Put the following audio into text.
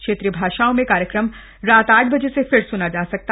क्षेत्रीय भाषाओं में कार्यक्रम रात आठ बजे फिर सूना जा सकेगा